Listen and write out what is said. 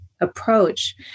approach